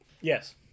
Yes